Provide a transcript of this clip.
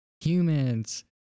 Humans